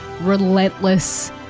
relentless